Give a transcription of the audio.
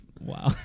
Wow